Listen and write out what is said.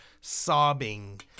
sobbing